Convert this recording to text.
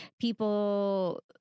people